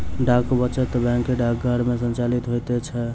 डाक वचत बैंक डाकघर मे संचालित होइत छै